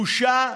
בושה,